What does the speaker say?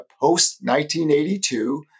post-1982